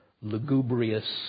lugubrious